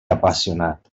apassionat